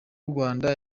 rwanda